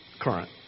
current